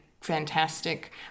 fantastic